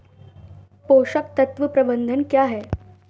पोषक तत्व प्रबंधन क्या है?